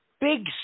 big